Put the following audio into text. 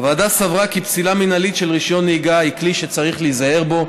הוועדה סברה כי פסילה מינהלית של רישיון נהיגה היא כלי שצריך להיזהר בו,